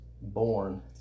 born